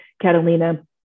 Catalina